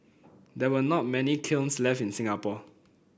there were not many kilns left in Singapore